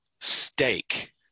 steak